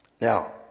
Now